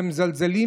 שמזלזלים,